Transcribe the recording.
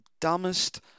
dumbest